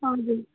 हजुर